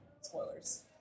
Spoilers